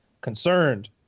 concerned